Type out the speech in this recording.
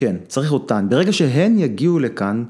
כן, צריך אותן. ברגע שהן יגיעו לכאן...